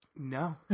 No